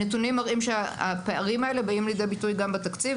הנתונים מראים שהפערים האלה באים לידי ביטוי גם בתקציב.